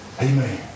Amen